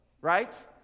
Right